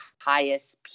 highest